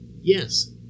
Yes